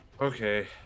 okay